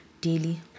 daily